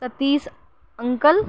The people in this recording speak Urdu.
ستیش انکل